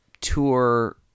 tour